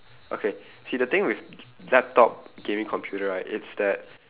okay see the thing with laptop gaming computer right it's that